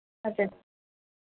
हजुर